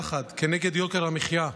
יחד, כנגד יוקר המחיה.